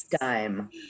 dime